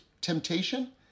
temptation